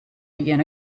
began